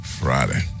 Friday